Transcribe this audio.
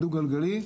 בדו גלגלי,